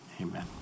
amen